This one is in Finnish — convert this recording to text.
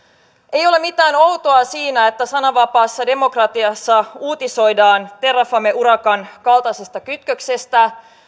ei ole mitään outoa siinä että sananvapaassa demokratiassa uutisoidaan terrafame urakan kaltaisesta kytköksestä